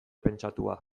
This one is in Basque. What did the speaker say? pentsatua